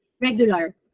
regular